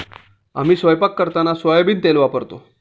आम्ही स्वयंपाक करताना सोयाबीन तेल वापरतो